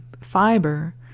fiber